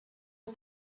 aux